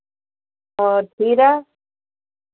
और खीरा